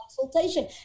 consultation